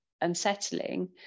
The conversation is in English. unsettling